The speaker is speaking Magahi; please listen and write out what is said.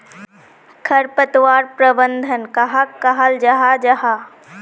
खरपतवार प्रबंधन कहाक कहाल जाहा जाहा?